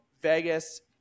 Vegas